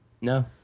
No